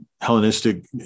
Hellenistic